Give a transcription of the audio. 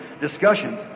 discussions